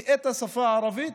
כי את השפה הערבית